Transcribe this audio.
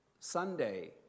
Sunday